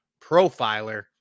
profiler